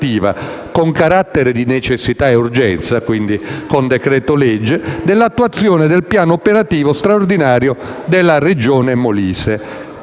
con carattere di necessità e urgenza (quindi con decreto-legge) - del piano operativo straordinario della Regione Molise.